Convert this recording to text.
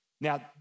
Now